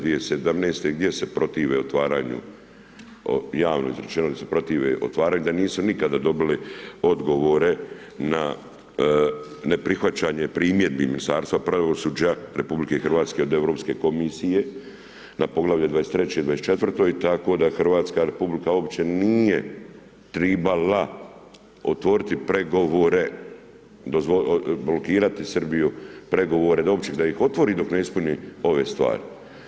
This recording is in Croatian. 2017. gdje se protive otvaranju javno izručenje, gdje se protive otvaranju i gdje nisu nikada dobili odgovore, na neprihvaćanje primjedbi Ministarstva pravosuđa RH, od Europske komisije, na poglavlje 23. i 24. tako da RH, uopće nije trebala otvoriti pregovore, blokirati Srbiju pregovore, da uopće ih otvori, dok ne ispuni ove stvari.